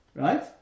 Right